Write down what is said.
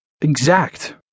Exact